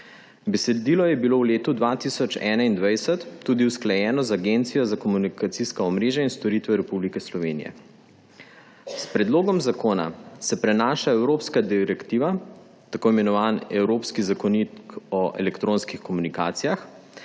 Besedilo je bilo v letu 2021 tudi usklajeno z Agencijo za komunikacijska omrežja in storitve Republike Slovenije. S predlogom zakona se prenaša evropska direktiva, tako imenovani evropski zakonik o elektronskih komunikacijah.